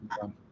done